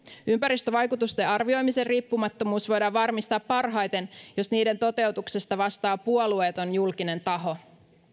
ympäristövaikutusten arvioimisen riippumattomuus voidaan varmistaa parhaiten jos niiden toteutuksesta vastaa puolueeton julkinen taho